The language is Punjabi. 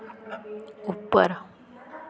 ਉੱਪਰ